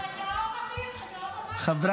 אני מתקזזת איתך אם אני צריכה, או עם חבריי.